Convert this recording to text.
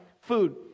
food